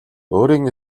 өөрийн